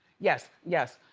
yes. yes.